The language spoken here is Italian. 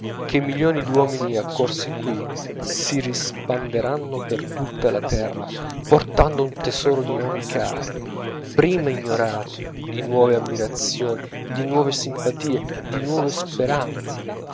che milioni d'uomini accorsi qui si rispanderanno per tutta la terra portando un tesoro di nomi cari prima ignorati di nuove ammirazioni di nuove simpatie di nuove sperante